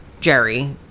Jerry